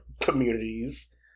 communities